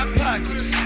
pockets